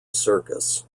circus